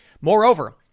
Moreover